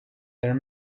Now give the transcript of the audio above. there